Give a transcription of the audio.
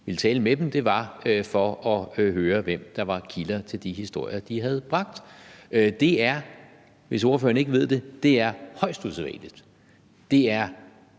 ville tale med dem, var at høre, hvem der var kilderne til de historier, de havde bragt. Det er, hvis ordføreren ikke ved det, højst usædvanligt, det er